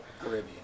Caribbean